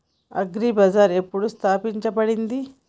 Agri Bazaar ఎప్పుడు స్థాపించబడింది?